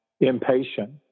impatient